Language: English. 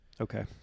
Okay